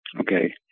Okay